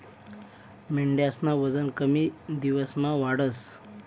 मेंढ्यास्नं वजन कमी दिवसमा वाढस